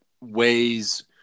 ways